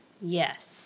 Yes